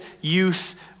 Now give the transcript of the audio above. youth